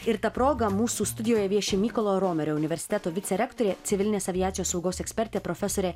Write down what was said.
ir ta proga mūsų studijoje vieši mykolo romerio universiteto vicerektorė civilinės aviacijos saugos ekspertė profesorė